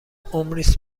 ﻋﻤﺮﯾﺴﺖ